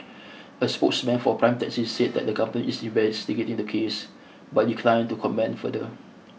a spokesman for Prime Taxi said that the company is investigating the case but declined to comment further